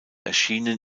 erschienen